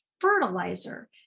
fertilizer